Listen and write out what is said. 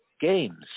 games